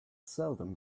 seldom